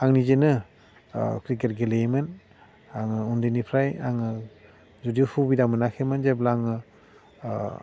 आं निजेनो क्रिकेट गेलेयोमोन आङो उन्दैनिफ्राय आङो जुदि हुबिदा मोनाखैमोन जेब्ला आङो